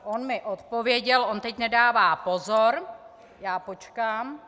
On mi odpověděl on teď nedává pozor, já počkám.